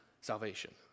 salvation